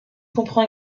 comprend